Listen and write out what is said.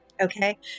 Okay